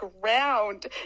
ground